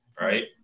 right